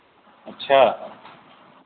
अच्छा